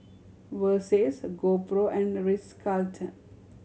Versace GoPro and Ritz Carlton